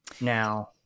now